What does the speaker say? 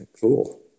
Cool